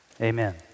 Amen